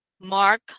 Mark